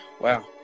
wow